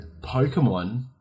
Pokemon